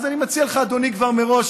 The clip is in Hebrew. אז אני מציע לך, אדוני, כבר מראש,